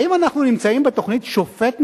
האם אנחנו נמצאים בתוכנית "שופט נולד"